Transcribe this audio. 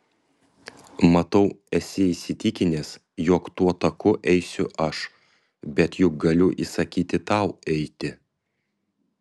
matau esi įsitikinęs jog tuo taku eisiu aš bet juk galiu įsakyti tau eiti